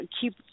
keep